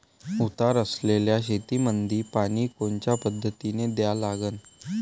उतार असलेल्या शेतामंदी पानी कोनच्या पद्धतीने द्या लागन?